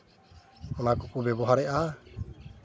ᱚᱱᱟ ᱠᱚᱠᱚ ᱵᱮᱵᱚᱦᱟᱨᱮᱫᱟ